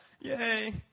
yay